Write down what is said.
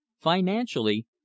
Financially